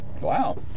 wow